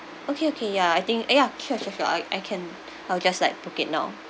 okay okay ya I think ah ya sure sure sure I I can I'll just like book it now